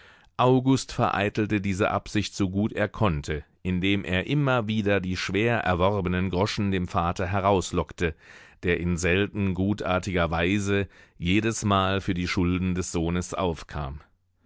august vereitelte diese absicht so gut er konnte indem er immer wieder die schwer erworbenen groschen dem vater herauslockte der in selten gutartiger weise jedesmal für die schulden des sohnes aufkam